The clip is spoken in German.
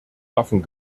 waffen